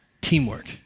Teamwork